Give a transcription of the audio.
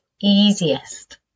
easiest